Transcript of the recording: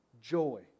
joy